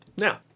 Now